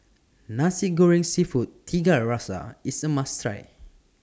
Nasi Goreng Seafood Tiga Rasa IS A must Try